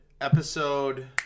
episode